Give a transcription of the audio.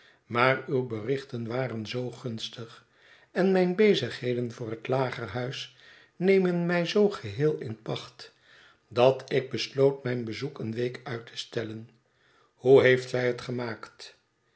maar uw berichten waren zoo gunstig en mijn bezigheden voor het lagerhuis nemen mij zoo geheel in pacht dat ik besloot mijn bezoek een week uit te stellen hoe heeft zij het gemaakt